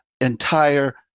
entire